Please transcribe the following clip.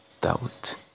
doubt